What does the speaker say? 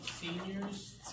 Seniors